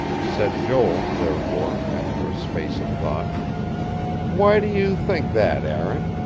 said joel, therefore, after a space of thought why do you think that, aaron?